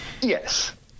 Yes